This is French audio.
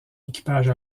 équipage